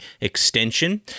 Extension